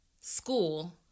school